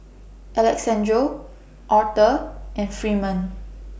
Alexandro Aurthur and Freeman